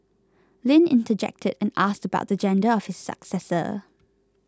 Lin interjected and asked about the gender of his successor